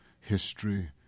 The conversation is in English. history